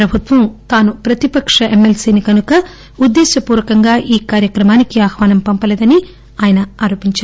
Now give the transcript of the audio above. ప్రభుత్వం తాను ప్రతిపక్ష ఎమ్మెల్పీ కనుక ఉద్దేశ్య పూరకంగా ఈ కార్యక్రమానికి ఆహ్వానం పంపలేదని ఆయన ఆరోపించారు